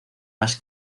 las